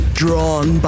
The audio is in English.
drawn